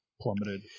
plummeted